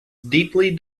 deeply